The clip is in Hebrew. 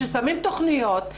ששמים תכוניות,